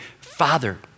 Father